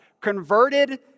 converted